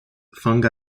fungi